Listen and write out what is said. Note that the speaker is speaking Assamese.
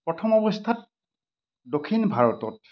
প্ৰথম অৱস্থাত দক্ষিণ ভাৰতত